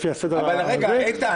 --- רגע, איתן